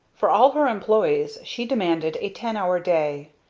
for all her employees she demanded a ten-hour day,